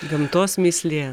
gamtos mįslė